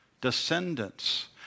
Descendants